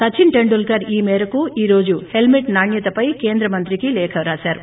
సచిన్ టెండూల్కర్ ఈ మేరకు ఈ రోజు హెల్మెట్ నాణ్యతపై కేంద్ర మంత్రికి లేఖ రాశారు